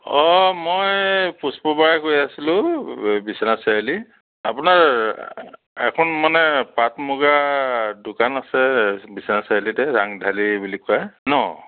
অঁ মই পুষ্প বৰাই কৈ আছিলোঁ এই বিশ্বনাথ চাৰিআলি আপোনাৰ এখন মানে পাট মূগা দোকান আছে বিশ্বনাথ চাৰিআলিতে ৰাঙঢালী বুলি কয় ন